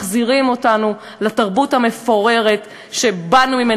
מחזירים אותנו לתרבות המפוררת שממנה